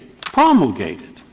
promulgated